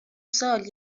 سال